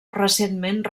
recentment